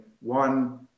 one